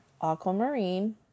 aquamarine